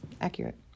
Accurate